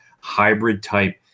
hybrid-type